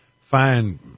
find